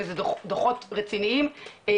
ואלה דוחות רציניים,